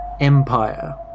empire